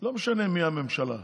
לא משנה מי הממשלה,